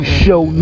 show